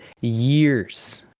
years